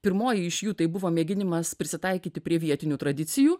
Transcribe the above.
pirmoji iš jų tai buvo mėginimas prisitaikyti prie vietinių tradicijų